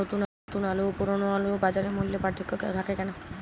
নতুন আলু ও পুরনো আলুর বাজার মূল্যে পার্থক্য থাকে কেন?